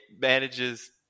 manages